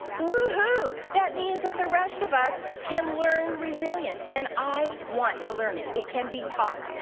woo, that means that the rest of us can learn resilience, and i want to learn it. it can be taught,